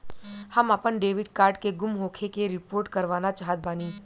हम आपन debit card के गुम होखे के रिपोर्ट करवाना चाहत बानी